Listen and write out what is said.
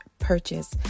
purchase